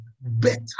better